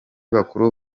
bakuru